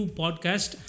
podcast